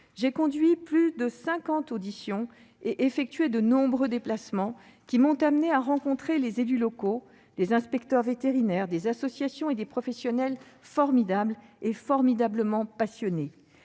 j'ai conduit plus de 50 auditions et effectué de nombreux déplacements, qui m'ont amenée à rencontrer des élus locaux, des inspecteurs vétérinaires, des associations et des professionnels formidables et passionnés.